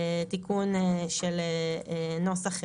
תיקון של נוסח,